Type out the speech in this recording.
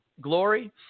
Glory